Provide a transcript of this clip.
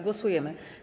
Głosujemy.